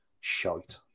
shite